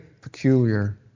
peculiar